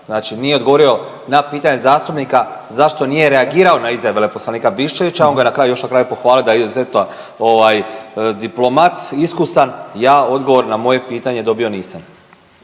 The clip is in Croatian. Znači nije odgovorio na pitanje zastupnika zašto nije reagirao na izjave veleposlanika Biščevića on ga je na kraju još na kraju pohvalio da je izuzetno ovaj diplomat iskusan. Ja odgovor na moje pitanje dobio nisam.